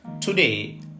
Today